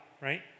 Right